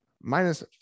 minus